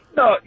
No